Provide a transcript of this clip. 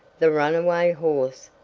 the runaway horse,